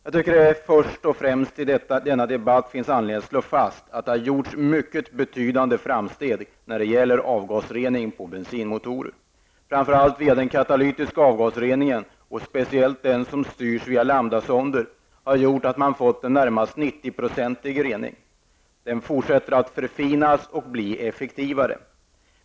Det finns i denna debatt anledning att först och främst slå fast att det gjorts mycket betydande framsteg när det gäller avgasrening för bensinmotorer, framför allt när det gäller den katalytiska avgasreningen, och speciellt den som styrs via lambdasonder har gjort att man fått en närmast 90 procentig rening. Tekniken fortsätter att förfinas och bli effektivare.